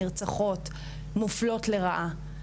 נרצחות או מופלות לרעה.